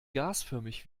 gasförmig